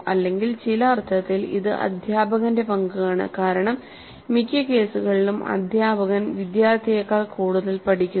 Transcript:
അല്ലെങ്കിൽ ചില അർത്ഥത്തിൽ ഇത് അധ്യാപകന്റെ പങ്ക് ആണ് കാരണം മിക്ക കേസുകളിലും അധ്യാപകൻ വിദ്യാർത്ഥിയേക്കാൾ കൂടുതൽ പഠിക്കുന്നു